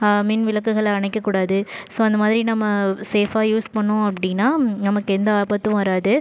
மின் விளக்குகளை அணைக்கக்கூடாது ஸோ அந்த மாதிரி நம்ம சேஃப்பாக யூஸ் பண்ணிணோம் அப்படின்னா நமக்கு எந்த ஆபத்தும் வராது